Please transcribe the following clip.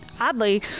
oddly